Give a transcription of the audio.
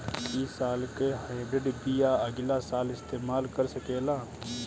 इ साल के हाइब्रिड बीया अगिला साल इस्तेमाल कर सकेला?